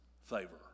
favor